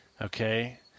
okay